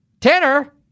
Tanner